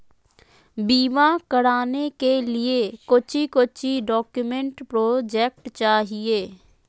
बीमा कराने के लिए कोच्चि कोच्चि डॉक्यूमेंट प्रोजेक्ट चाहिए?